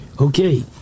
Okay